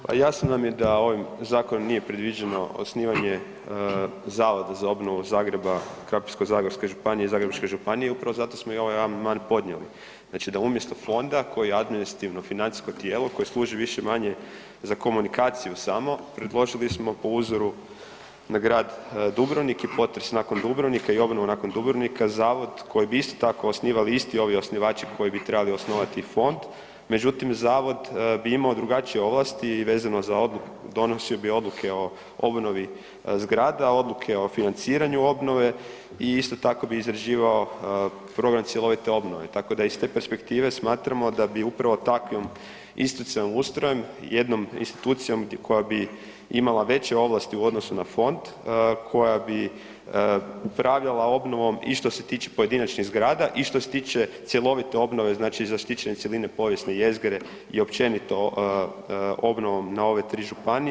Pa jasno nam je da ovim zakonom nije predviđeno osnivanje zavoda za obnovu Zagreba, Krapinsko-zagorske županije i Zagrebačke županije, upravo zato smo i ovaj amandman i podnijeli, znači da umjesto fonda koji je administrativno-financijsko tijelo, koje služi više-manje za komunikaciju samo, predložili smo po uzoru na grad Dubrovnik i potres nakon Dubrovnika i obnovu nakon Dubrovnika, zavod koji bi isto tako osnivali isti ovi osnivači koji bi trebali osnovati Fond, međutim, zavod bi imao drugačije ovlasti vezano za, donosio bi odluke o obnovi zgrada, odluke o financiranju obnove i isto tako bi izrađivao program cjelovite obnove, tako da iz te perspektive, smatramo da bi upravo takvim institucionalnim ustrojem, jednom institucijom koja bi imala veće ovlasti u odnosu na Fond, koja bi upravljala obnovom i što se tiče pojedinačnih zgrada i što se tiče cjelovite obnove, znači zaštićene cjeline povijesne jezgre i općenito obnovom na ove 3 županije.